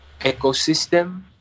ecosystem